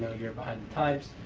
you're behind the times.